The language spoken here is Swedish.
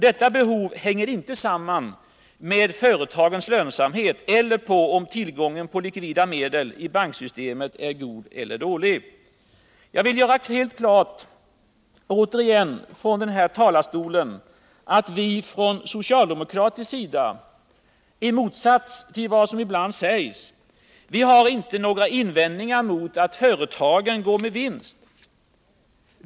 Detta behov hänger inte samman med företagens lönsamhet eller med om tillgången på likvida medel i banksystemet är god eller dålig. Jag vill återigen göra helt klart från den här talarstolen att vi från socialdemokratiskt håll — i motsats till vad som ibland sägs — inte har några invändningar mot att företagen går med vinst.